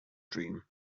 dream